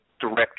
direct